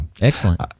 excellent